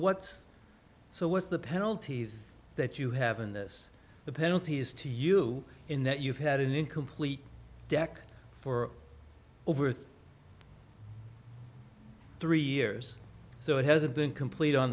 what's so what's the penalty then that you have in this the penalty is to you in that you've had an incomplete deck for overthe three years so it hasn't been complete on